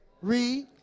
Read